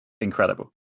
incredible